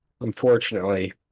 unfortunately